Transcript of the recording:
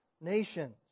nations